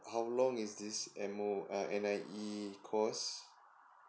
how long is this M_O~ uh N_I_E course